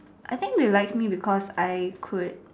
I think they liked me because I could